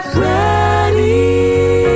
ready